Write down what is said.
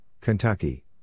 Kentucky